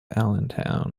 allentown